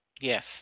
Yes